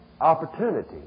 opportunity